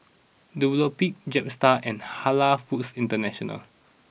Dunlopillo Jetstar and Halal Foods International